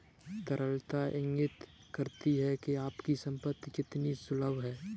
तरलता इंगित करती है कि आपकी संपत्ति कितनी सुलभ है